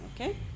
okay